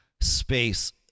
space